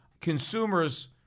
consumers